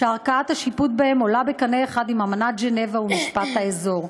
שערכאת השיפוט בהם עולה בקנה אחד עם אמנת ז'נבה ומשפט האזור.